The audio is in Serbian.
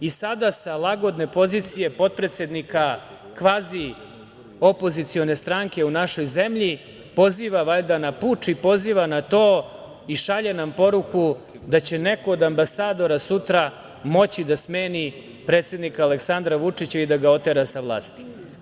I sada sa lagodne pozicije potpredsednika kvazi opozicione stranke u našoj zemlji, poziva valjda na puč, i poziva na to, i šalje nam poruku da će neko od ambasadora sutra moći da smeni predsednika Aleksandra Vučića i da ga otera sa vlasti.